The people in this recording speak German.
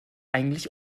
eigentlich